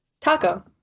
Taco